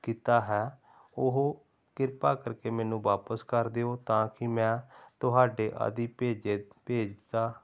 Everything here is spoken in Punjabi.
ਕੀਤਾ ਹੈ ਉਹ ਕਿਰਪਾ ਕਰਕੇ ਮੈਨੂੰ ਵਾਪਸ ਕਰ ਦਿਓ ਤਾਂ ਕਿ ਮੈਂ ਤੁਹਾਡੇ ਆਦਿ ਭੇਜੇ ਭੇਜਤਾ